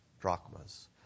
drachmas